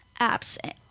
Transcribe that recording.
apps